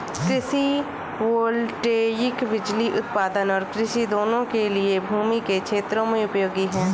कृषि वोल्टेइक बिजली उत्पादन और कृषि दोनों के लिए भूमि के क्षेत्रों में उपयोगी है